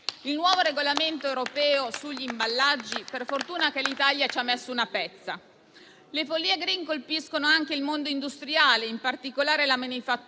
al nuovo regolamento europeo sugli imballaggi, per fortuna l'Italia ci ha messo una pezza. Le follie *green* colpiscono anche il mondo industriale, in particolare la manifattura.